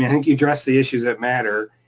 i think you addressed the issues that matter,